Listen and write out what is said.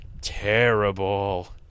terrible